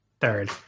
third